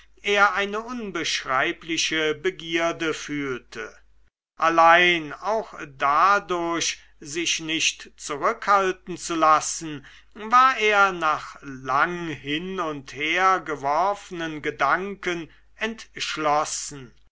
er eine unbeschreibliche begierde fühlte allein auch dadurch sich nicht zurückhalten zu lassen war er nach lang hin und hergeworfenen gedanken entschlossen